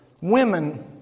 women